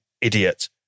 idiot